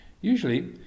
Usually